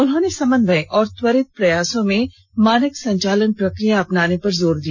उन्होंने समन्वय और त्वरित प्रयासों में मानक संचालन प्रक्रिया अपनाने पर जोर दिया